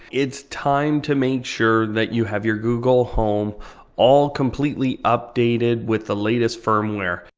it's time to make sure that you have your google home all completely updated with the latest firmware.